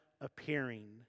appearing